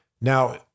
Now